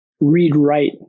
read-write